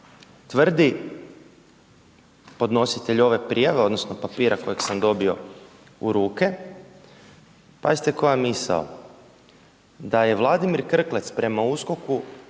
Tvrdi podnositelj ove prijave odnosno papira kojeg sam dobio u ruke, pazite koja misao, da je Vladimir Krklec prema USKOK-u